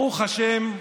ברוך השם,